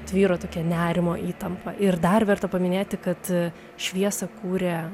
tvyro tokia nerimo įtampa ir dar verta paminėti kad šviesą kurė